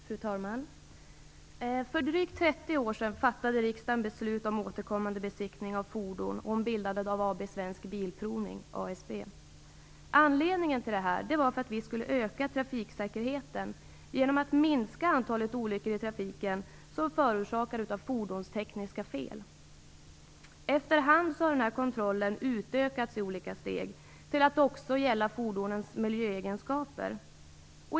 Fru talman! För drygt 30 år sedan fattade riksdagen beslut om återkommande besiktning av fordon och bildande av AB Svensk Bilprovning, ASB. Anledningen till det var att vi skulle öka trafiksäkerheten genom att minska antalet olyckor i trafiken som förorsakas av fordonstekniska fel. Efter hand har kontrollen utökats i olika steg till att också gälla fordonens miljöegenskaper.